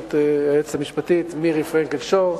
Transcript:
בראשות היועצת המשפטית מירי פרנקל-שור,